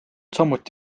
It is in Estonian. samuti